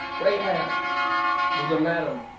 rayhab was a madam,